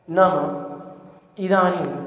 न इदानीम्